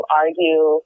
argue